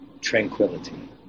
tranquility